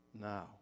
now